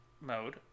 Mode